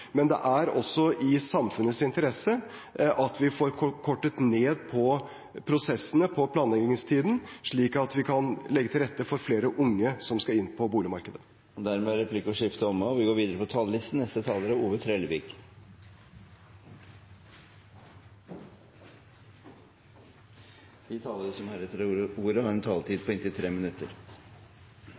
men det er også i samfunnets interesse at vi får kortet ned på prosessene og på planleggingstiden, slik at vi kan legge til rette for flere unge som skal inn på boligmarkedet. Replikkordskiftet er dermed omme. De talere som heretter får ordet, har en taletid på inntil 3 minutter.